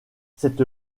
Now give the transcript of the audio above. cette